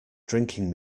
drinking